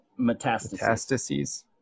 Metastases